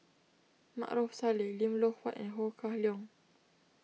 Maarof Salleh Lim Loh Huat and Ho Kah Leong